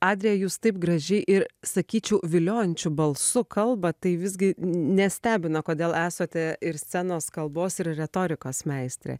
adrija jūs taip gražiai ir sakyčiau viliojančiu balsu kalbat tai visgi nestebina kodėl esate ir scenos kalbos ir retorikos meistrė